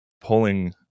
pulling